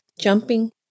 jumping